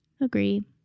Agree